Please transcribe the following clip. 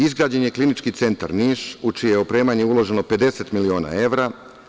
Izgrađen je Klinički centar Niš u čije je opremanje uloženo 50 miliona evra.